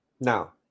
Now